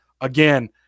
Again